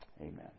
Amen